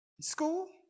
School